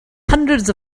hundreds